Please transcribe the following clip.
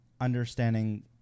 understanding